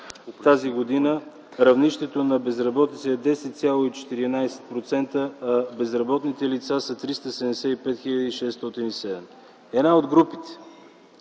март т.г. равнището на безработицата е 10,14%, а безработните лица са 375 607. Една от групите,